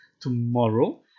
tomorrow